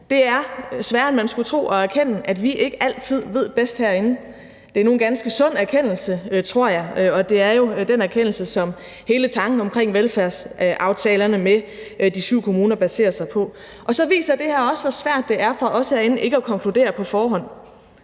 Det er sværere, end man skulle tro, at erkende, at vi ikke altid ved bedst herinde. Det er nu en ganske sund erkendelse, tror jeg, og det er jo den erkendelse, som hele tanken om velfærdsaftalerne med de syv kommuner baserer sig på. Så viser det her også, hvor svært det er for os herinde ikke at konkludere på forhånd.